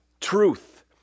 Truth